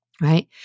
right